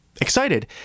Excited